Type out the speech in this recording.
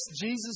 Jesus